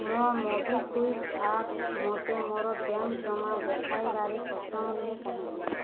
ମୋ MobiKwik app ମୋତେ ମୋର ବ୍ୟାଙ୍କ ଜମା ଦେଖାଇବାରେ ସକ୍ଷମ ନୁହେଁ କାହିଁକି